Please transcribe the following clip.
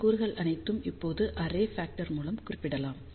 இந்த கூறுகள் அனைத்தும் இப்போது அரே ஃபக்டர் மூலம் குறிப்பிடப்படலாம்